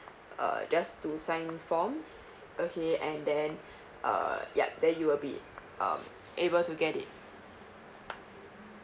uh just to sign forms okay and then err yup then you will be um able to get it